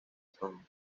stones